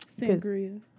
Sangria